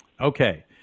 Okay